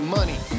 Money